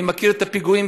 אני מכיר את הפיגועים,